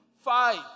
fight